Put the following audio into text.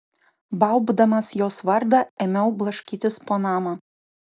baubdamas jos vardą ėmiau blaškytis po namą